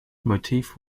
motif